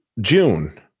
June